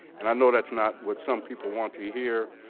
and i know that's not what some people want to hear,